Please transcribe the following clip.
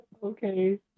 Okay